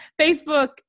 Facebook